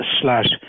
slash